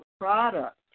Product